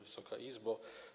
Wysoka Izbo!